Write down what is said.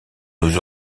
nous